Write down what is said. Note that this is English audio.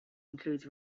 includes